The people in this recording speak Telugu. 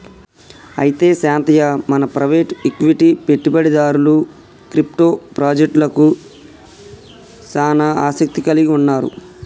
అయితే శాంతయ్య మన ప్రైవేట్ ఈక్విటి పెట్టుబడిదారులు క్రిప్టో పాజెక్టలకు సానా ఆసత్తి కలిగి ఉన్నారు